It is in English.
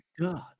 God